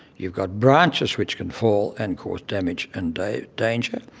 you've got branches which can fall and cause damage and danger,